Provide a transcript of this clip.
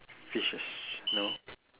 fishes no